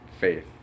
faith